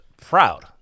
proud